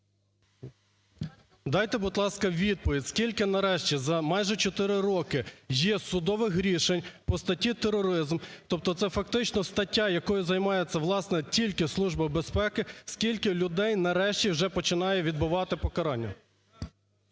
Дайте, будь ласка, відповідь, скільки нарешті за майже чотири роки є судових рішень по статті "Тероризм"? Тобто це фактично стаття, якою займається власне тільки Служба безпеки, скільки людей нарешті вже починає відбувати покарання?